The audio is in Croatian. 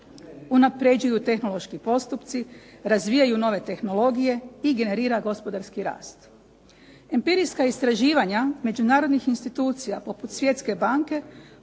unapređuju tehnološki postupci, razvijaju nove tehnologije i generira gospodarski rast. Empirijska istraživanja međunarodnih institucija poput Svjetske banke